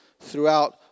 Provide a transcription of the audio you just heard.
throughout